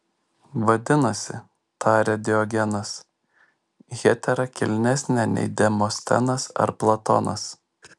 vadinasi tarė diogenas hetera kilnesnė nei demostenas ar platonas